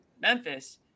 Memphis